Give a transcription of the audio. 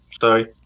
Sorry